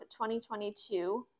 2022